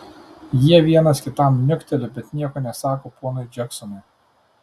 jie vienas kitam niukteli bet nieko nesako ponui džeksonui